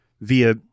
Via